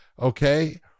Okay